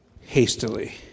hastily